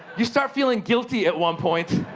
you start feeling guilty at one point.